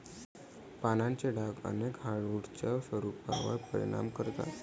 पानांचे डाग अनेक हार्डवुड्सच्या स्वरूपावर परिणाम करतात